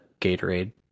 Gatorade